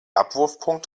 abwurfpunkt